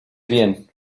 bien